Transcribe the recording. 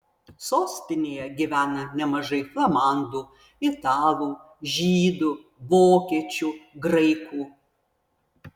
sostinėje gyvena nemažai flamandų italų žydų vokiečių graikų